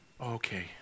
Okay